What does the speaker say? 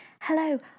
Hello